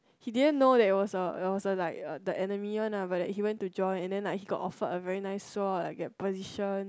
he didn't know that it was a it was a like uh the enemy one lah but then he went to join and then he like got offered like a very nice sword like get position